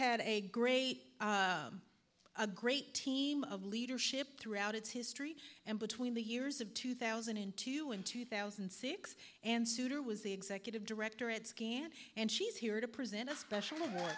had a great a great team of leadership throughout its history and between the years of two thousand and two and two thousand and six and souter was the executive director and she's here to present a special